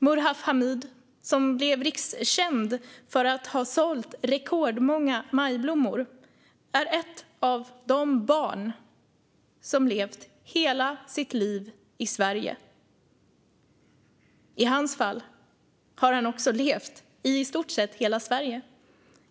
Murhaf Hamid blev rikskänd för att ha sålt rekordmånga majblommor. Han är ett av dessa barn som levt hela sitt liv i Sverige, i hans fall också i nästan hela Sverige.